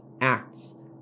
acts